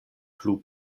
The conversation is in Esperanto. plu